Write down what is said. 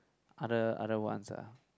other other ones ah